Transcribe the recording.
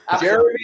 Jeremy